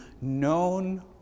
known